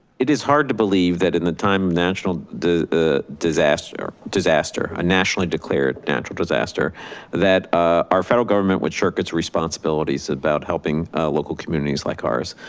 it is hard to believe that in the time national disaster disaster a nationally declared natural disaster that ah our federal government would shirk its responsibilities about helping local communities like ours,